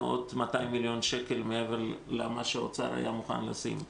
עוד 200 מיליון שקל מעבר למה שמשרד האוצר היה מוכן לתת.